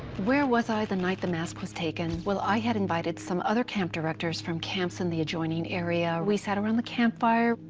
where was i the night the mask was taken? well, i had invited some other camp directors from camps in the adjoining area. we sat around the campfire,